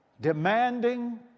demanding